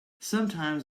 sometimes